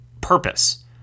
purpose